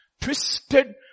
Twisted